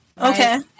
Okay